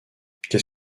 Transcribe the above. qu’est